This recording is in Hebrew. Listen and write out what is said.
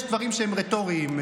יש דברים שהם רטוריים,